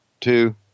two